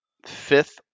Fifth